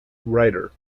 writer